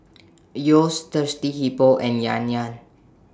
Yeo's Thirsty Hippo and Yan Yan